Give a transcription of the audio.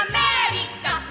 America